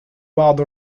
بعض